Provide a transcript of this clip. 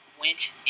went